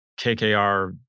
KKR